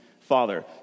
father